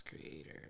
creator